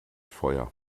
feuer